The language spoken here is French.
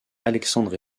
alexandre